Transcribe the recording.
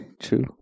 True